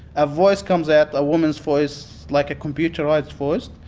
a voice comes out, a woman's voice like a computerised voice,